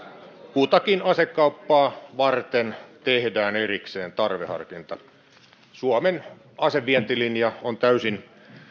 kutakin asekauppaa varten tehdään erikseen tarveharkinta suomen asevientilinja on täysin